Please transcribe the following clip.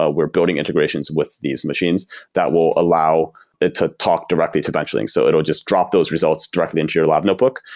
ah we're building integrations with these machines that will allow it to talk directly to benchling. so it will just drop those results directly into your lab notebook,